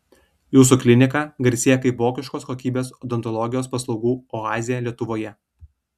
jūsų klinika garsėja kaip vokiškos kokybės odontologijos paslaugų oazė lietuvoje